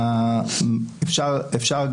אם נחזור לשאלה של מה היה במשרד שלנו,